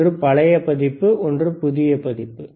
ஒன்று பழைய பதிப்பு ஒன்று புதிய பதிப்பு